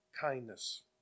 kindness